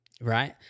Right